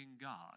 God